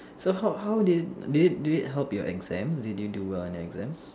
so how how did did it did it help your exams did you do well in your exams